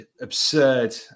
absurd